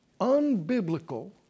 unbiblical